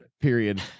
period